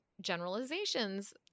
generalizations